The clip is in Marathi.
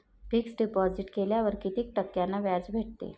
फिक्स डिपॉझिट केल्यावर कितीक टक्क्यान व्याज भेटते?